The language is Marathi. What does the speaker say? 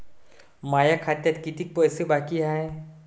माया खात्यात कितीक पैसे बाकी हाय?